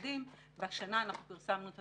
החרדי מדוח 69ב מפני שאנחנו רוצים לעסוק בסוגיה הזו,